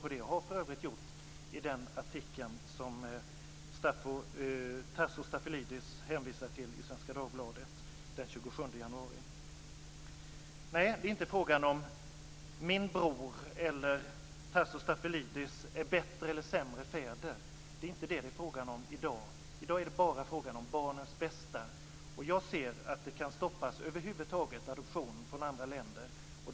Det har jag för övrigt gjort i den artikel som Tasso Stafilidis hänvisar till i Svenska Dagbladet från den 27 januari. Det är inte frågan om huruvida min bror och Tasso Stafilidis skulle vara bra eller dåliga fäder. Det är inte det som det är frågan om i dag. I dag är det bara frågan om barnens bästa. Jag ser att detta kan stoppa adoptioner från andra länder över huvud taget.